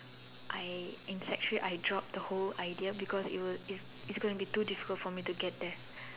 I in sec three I dropped the whole idea because its too difficult for me to get there